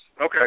Okay